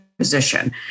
position